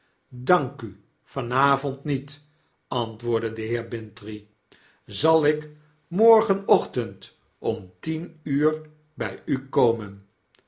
dank u van avond niet antwoordde de heer bintrey zal ik morgenochtend om tien uur bij u komen